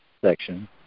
section